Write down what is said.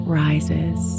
rises